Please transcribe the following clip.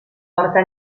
porta